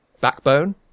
Backbone